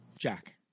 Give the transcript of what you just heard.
Jack